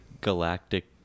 galactic